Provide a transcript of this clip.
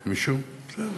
בסדר.